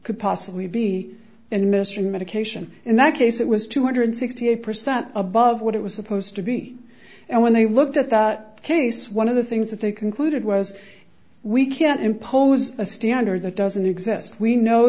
could possibly be and mr medication in that case it was two hundred and sixty eight percent above what it was supposed to be and when they looked at that case one of the things that they concluded was we can't impose a standard that doesn't exist we know